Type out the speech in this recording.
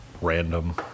random